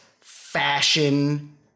fashion